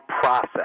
process